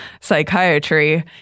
psychiatry